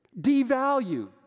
devalued